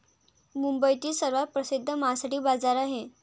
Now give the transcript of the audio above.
मुंबईतील सर्वात प्रसिद्ध मासळी बाजार आहे